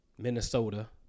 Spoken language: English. Minnesota